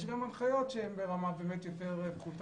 יש גם הנחיות שהם ברמה יותר פחותה,